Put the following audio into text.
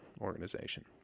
organization